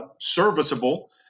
serviceable